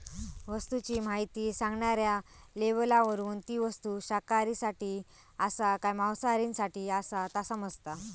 वस्तूची म्हायती सांगणाऱ्या लेबलावरून ती वस्तू शाकाहारींसाठी आसा काय मांसाहारींसाठी ता समाजता